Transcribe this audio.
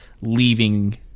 leaving